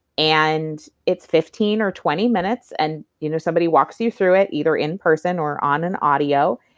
and it's fifteen or twenty minutes, and you know somebody walks you through it, either in person or on an audio.